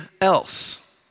else